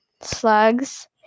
slugs